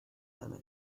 limit